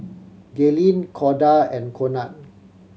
Gaylene Corda and Conard